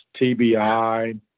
TBI